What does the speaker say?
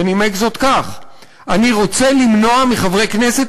ונימק זאת כך: אני רוצה למנוע מחברי כנסת